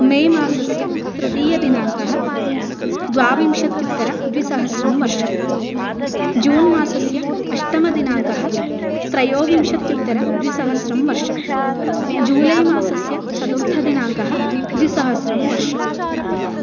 मेमासस्य तृतीयदिनाङ्कः द्वाविंशत्युत्तर द्विसहस्रं वर्षं जन् मासस्य अष्टमदिनाङ्कः त्रयोविंशत्युत्तर द्विसहस्रं वर्षं जूलइमासस्य चतुर्थदिनाङ्कः द्विसहस्रं वर्षं